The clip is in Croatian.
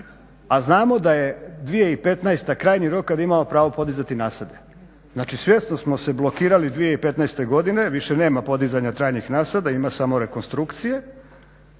a znamo da je 2015. krajnji rok kad imamo pravo podizati na sebe. Znači svjesno smo se blokirali 2015. godine, više nema podizanja trajnih nasada, ima samo rekonstrukcije